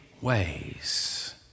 ways